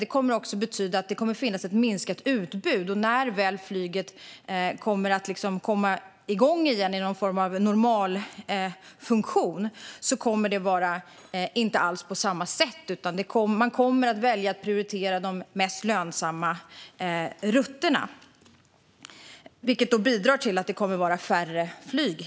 Detta betyder att det kommer att finnas ett minskat utbud. När väl flyget kommer igång i någon form av normalfunktion igen kommer det därför inte alls att vara på samma sätt, utan man kommer att prioritera de mest lönsamma rutterna, vilket helt enkelt bidrar till färre flyg.